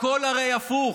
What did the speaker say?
הכול הרי הפוך.